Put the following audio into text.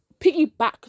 piggyback